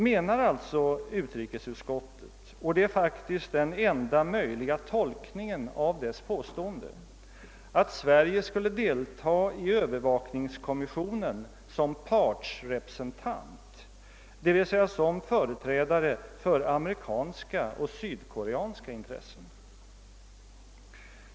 Menar alltså utrikesutskottet — och det är faktiskt den enda möjliga tolkningen av dess påstående — att Sverige skulle delta i övervakningskommissionen som partsrepresentant, d.v.s. som företrädare för amerikanska och sydkoreanska intressen?